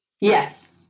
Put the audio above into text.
Yes